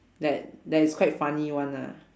that that is quite funny [one] lah